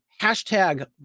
hashtag